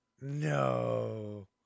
No